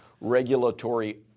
regulatory